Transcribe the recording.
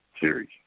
series